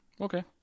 Okay